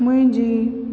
मुंहिंजी